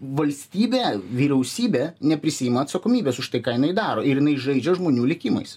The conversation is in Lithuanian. valstybė vyriausybė neprisiima atsakomybės už tai ką jinai daro ir jinai žaidžia žmonių likimais